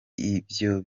ibyo